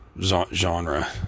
genre